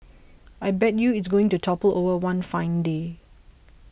I bet you it's going to topple over one fine day